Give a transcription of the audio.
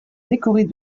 décorées